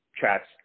chats